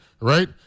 right